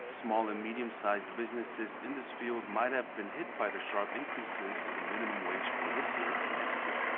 small and medium sized businesses in this field might have been hit by the sharp increases in the minimum wage for this year and next year.